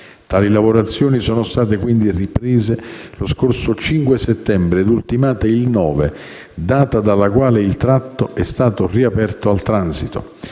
tali lavorazioni sono state, quindi, riprese lo scorso 5 settembre e ultimate il 9, data dalla quale il tratto è stato riaperto al transito.